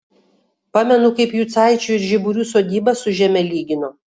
pamenu kaip jucaičių ir žiburių sodybas su žeme lygino